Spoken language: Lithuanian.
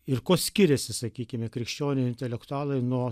ir kuo skiriasi sakykime krikščionių intelektualai nuo